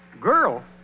Girl